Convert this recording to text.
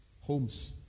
homes